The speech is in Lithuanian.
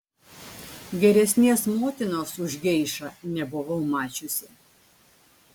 geresnės motinos už geišą nebuvau mačiusi